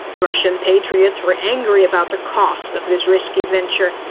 russian patriots were angry about the cost of this risky venture,